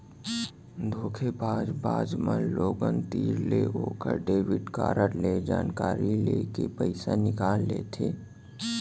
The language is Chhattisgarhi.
धोखेबाज बाज मन लोगन तीर ले ओकर डेबिट कारड ले जानकारी लेके पइसा निकाल लेथें